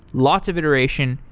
lots of iteration,